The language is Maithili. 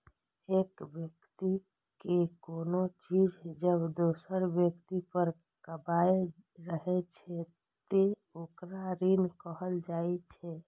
एक व्यक्ति के कोनो चीज जब दोसर व्यक्ति पर बकाया रहै छै, ते ओकरा ऋण कहल जाइ छै